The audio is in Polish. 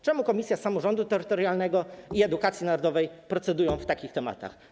Czemu komisje samorządu terytorialnego i edukacji narodowej procedują nad takimi tematami?